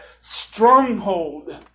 stronghold